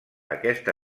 aquesta